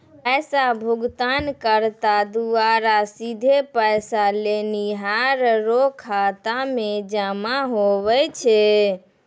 पैसा भुगतानकर्ता द्वारा सीधे पैसा लेनिहार रो खाता मे जमा हुवै छै